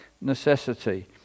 necessity